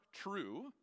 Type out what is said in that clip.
true